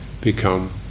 become